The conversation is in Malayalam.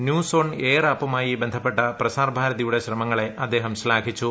ന്യൂസ് ഓൺ എയർ ആപ്പുമായി ബന്ധപ്പെട്ട പ്രസാർഭാരതിയുടെ ശ്രമങ്ങളെ അദ്ദേഹം ശ്ലാഘിച്ചു